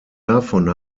davon